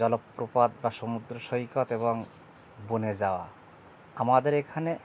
জলপ্রপাত বা সমুদ্র সৈকত এবং বনে যাওয়া আমাদের এখানে